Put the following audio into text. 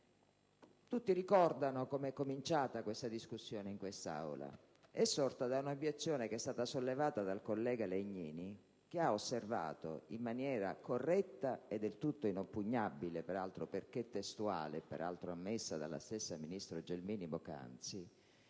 Tutti ricordano come è cominciata questa discussione in Aula. È sorta da un'obiezione sollevata dal collega Legnini, che ha osservato - in maniera corretta e del tutto inoppugnabile, peraltro perché testuale, come del resto ammesso dalla stessa ministro Gelmini poc'anzi